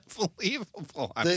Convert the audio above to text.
unbelievable